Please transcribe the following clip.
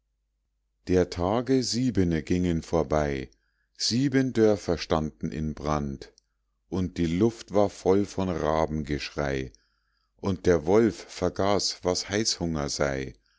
der tage siebene gingen vorbei sieben dörfer standen in brand und die luft war voll von rabengeschrei und der wolf vergaß was heißhunger sei